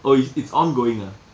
oh it's it's ongoing ah